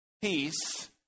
peace